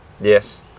Yes